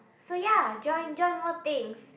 so ya join join more things